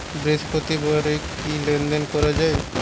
বৃহস্পতিবারেও কি লেনদেন করা যায়?